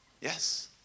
Yes